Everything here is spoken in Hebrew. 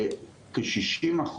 כ- 60%,